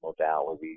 modalities